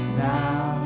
now